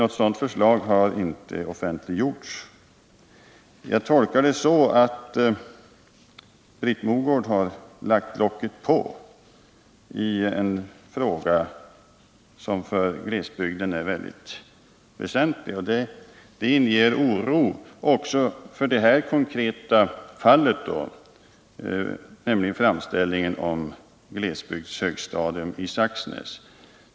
Något sådant förslag har inte offentliggjorts. Jag tolkar detta så att Britt Mogård har lagt locket på i en fråga som för glesbygden är mycket väsentlig. Det inger oro också i det konkreta fallet, beträffande framställningen om glesbygdshögstadium i Saxnäs.